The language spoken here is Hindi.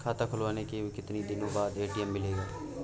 खाता खुलवाने के कितनी दिनो बाद ए.टी.एम मिलेगा?